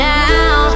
now